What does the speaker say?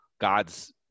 god's